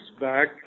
back